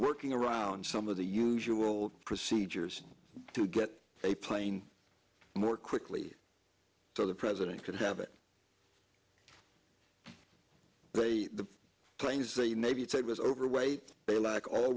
working around some of the usual procedures to get a plane more quickly so the president could have it the planes the navy said was overweight they like all